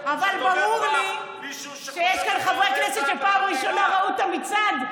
אבל ברור לי שיש כאן חברי כנסת שפעם ראשונה ראו את המצעד.